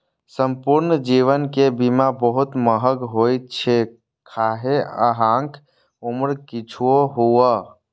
संपूर्ण जीवन के बीमा बहुत महग होइ छै, खाहे अहांक उम्र किछुओ हुअय